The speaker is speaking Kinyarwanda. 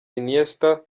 iniesta